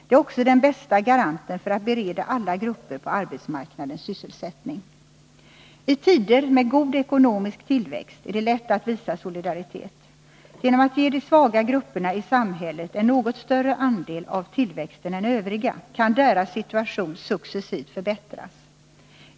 Det är också den bästa garanten för att bereda alla grupper på arbetsmarknaden sysselsättning. I tider med god ekonomisk tillväxt är det lätt att visa solidaritet. Genom att man ger de svaga grupperna i samhället en något större andel av tillväxten än övriga kan deras situation successivt förbättras.